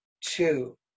two